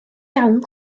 iawn